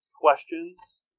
questions